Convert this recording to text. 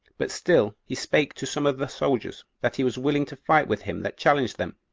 but still he spake to some of the soldiers that he was willing to fight with him that challenged them.